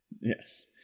Yes